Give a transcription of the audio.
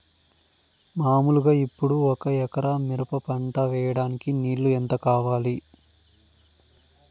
మామూలుగా ఇప్పుడు ఒక ఎకరా మిరప పంట వేయడానికి నీళ్లు ఎంత కావాలి?